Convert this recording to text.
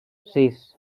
sis